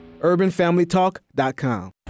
UrbanFamilyTalk.com